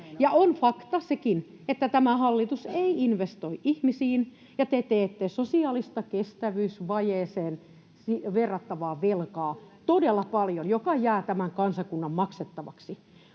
on fakta sekin, että tämä hallitus ei investoi ihmisiin ja te teette sosiaalista kestävyysvajeeseen verrattavaa velkaa todella paljon, joka jää tämän kansakunnan maksettavaksi.